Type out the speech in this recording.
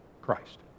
Christ